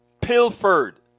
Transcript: pilfered